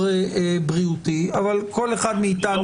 נפרדת בהשוואת הנתונים.